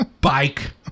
bike